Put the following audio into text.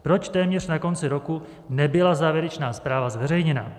Proč téměř na konci roku nebyla závěrečná zpráva zveřejněna?